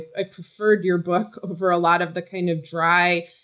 i prefer your book over a lot of the kind of dry,